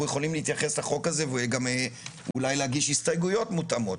יכולים להתייחס לחוק הזה וגם אולי להגיש הסתייגויות מותאמות.